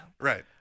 right